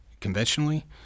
conventionally